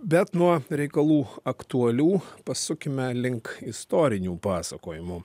bet nuo reikalų aktualių pasukime link istorinių pasakojimų